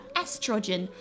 estrogen，